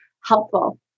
helpful